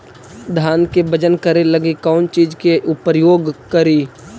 धान के बजन करे लगी कौन चिज के प्रयोग करि?